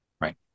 right